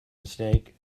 mistake